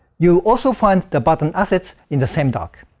you also find the button assets in the same doc.